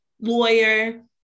lawyer